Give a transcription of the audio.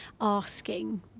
asking